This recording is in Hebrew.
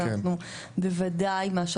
ואנחנו בוודאי מה,